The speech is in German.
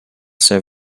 sehr